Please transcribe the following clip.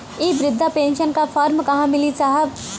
इ बृधा पेनसन का फर्म कहाँ मिली साहब?